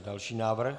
Další návrh.